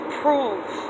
prove